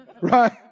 Right